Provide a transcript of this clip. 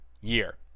year